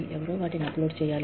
ఎవరో వాటిని అప్లోడ్ చేయాలి